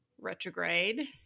retrograde